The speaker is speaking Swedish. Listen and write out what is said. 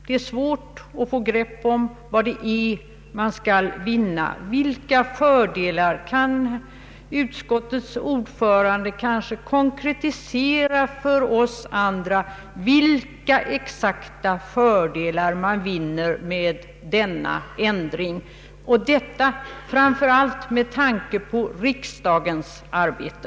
Det är svårt att få grepp om vad man anser sig vinna; Kan utskottets ordförande konkretisera för oss andra vilka exakta fördelar man vinner med denna grundlagsändring, och då framför allt med tanke på riksdagens arbete?